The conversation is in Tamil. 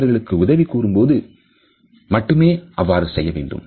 மற்றவர்கள் உதவி கூறும் போது மட்டுமே அவ்வாறு செய்ய வேண்டும்